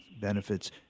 benefits